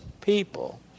people